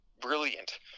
brilliant